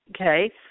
okay